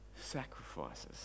sacrifices